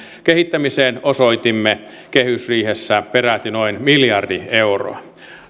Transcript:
kehittämiseen osoitimme kehysriihessä peräti noin miljardi euroa